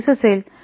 26 असेल